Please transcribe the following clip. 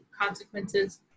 consequences